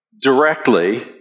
directly